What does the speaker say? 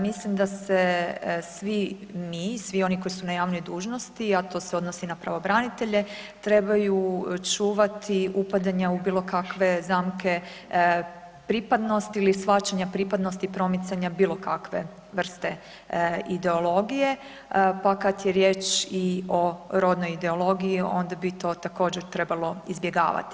Mislim da se svi mi, svi oni koji su na javnoj dužnosti a to se odnosi na pravobranitelje, trebaju čuvati upadanja u bilo kakve zamke pripadnosti ili shvaćanja pripadnosti promicanja bilokakve vrste ideologije pa kad je riječ i o rodnoj ideologiji, onda bi to također trebalo izbjegavati.